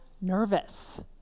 nervous